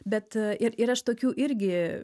bet ir ir aš tokių irgi